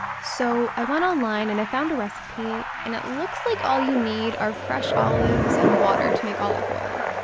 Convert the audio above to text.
so i went online and i found a recipe and it looks like all you need are fresh olives and water to make olive oil.